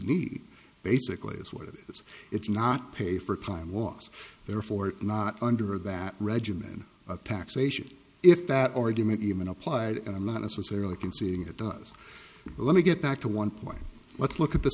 need basically is what it is it's not pay for time was therefore not under that regimen of taxation if that argument even applied and i'm not necessarily conceding it does let me get back to one point let's look at the